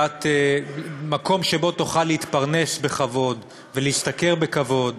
שבו תוכל להתפרנס בכבוד ולהשתכר בכבוד,